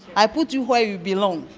i put you where you belong,